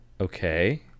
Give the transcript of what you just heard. Okay